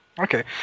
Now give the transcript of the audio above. Okay